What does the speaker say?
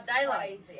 daylight